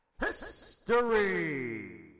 history